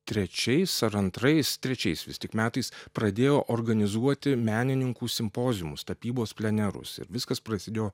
trečiais ar antrais trečiais vis tik metais pradėjo organizuoti menininkų simpoziumus tapybos plenerus ir viskas prasidėjo